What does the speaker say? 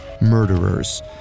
murderers